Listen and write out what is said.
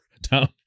down